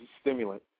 stimulant